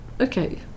Okay